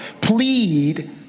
plead